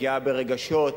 פגיעה ברגשות,